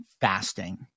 fasting